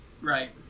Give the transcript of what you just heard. Right